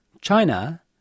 China